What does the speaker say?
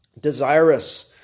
desirous